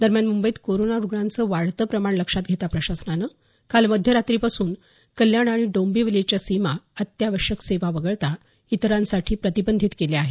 दरम्यान मुंबईत कोरोना रूग्णांचं वाढतं प्रमाण लक्षात घेता प्रशासनानं काल मध्यरात्री पासून कल्याण आणि डोंबिवलीच्या सीमा अत्यावश्यक सेवा वगळता इतरांसाठी प्रतिबंधीत केल्या आहेत